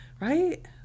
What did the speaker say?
right